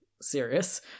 Serious